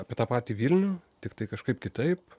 apie tą patį vilnių tiktai kažkaip kitaip